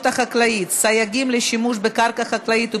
החקלאית (סייגים לשימוש בקרקע חקלאית ובמים)